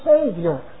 Savior